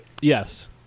Yes